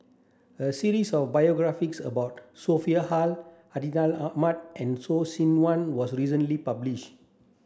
a series of biographies about Sophia Hull Hartinah Ahmad and Loh Sin Yun was recently published